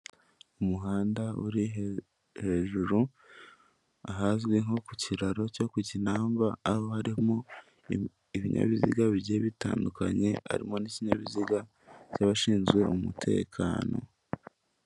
Umuhanda uri hejuru ahazwi nko ku kiraro cyo ku kinamba, abarimo ibinyabiziga bigiye bitandukanye, harimo n'ikinyabiziga by'abashinzwe umutekano.